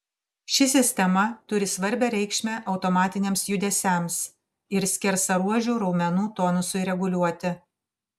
ši sistema turi svarbią reikšmę automatiniams judesiams ir skersaruožių raumenų tonusui reguliuoti